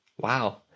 wow